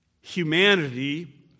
humanity